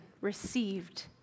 received